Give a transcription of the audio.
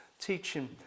teaching